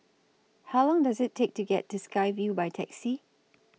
How Long Does IT Take to get to Sky Vue By Taxi